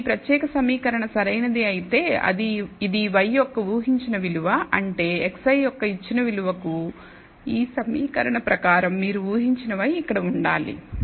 ఇప్పుడు ఈ ప్రత్యేక సమీకరణం సరైనది అయితే ఇది y యొక్క ఊహించిన విలువ అంటే xi యొక్క ఇచ్చిన విలువకు ఈ సమీకరణ ప్రకారం మీరు ఊహించిన y ఇక్కడ ఉండాలి